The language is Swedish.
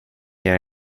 göra